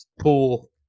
pool